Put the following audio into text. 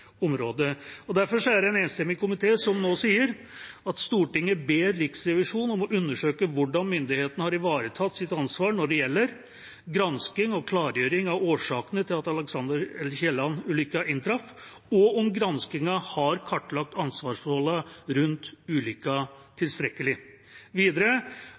Derfor er det enstemmig komité som nå sier: «Stortinget ber Riksrevisjonen om å undersøke hvordan myndighetene har ivaretatt sitt ansvar når det gjelder: – Gransking og klargjøring av årsakene til at Alexander L. Kielland-ulykken inntraff, og om granskingen har kartlagt ansvarsforholdet rundt ulykken tilstrekkelig.» Og videre: